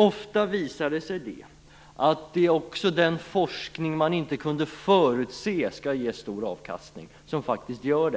Ofta visar det sig att också den forskning som man inte kunde förutse skulle ge stor avkastning faktiskt gör